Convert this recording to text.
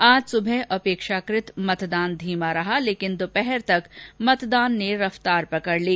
आज सुबह अपेक्षाकृत मतदान धीमा रहा लेकिन दोपहर तक मतदान ने रफ्तार पकड़ ली